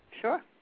Sure